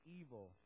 evil